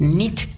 niet